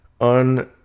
on